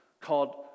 called